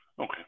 Okay